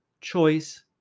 choice